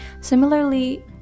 Similarly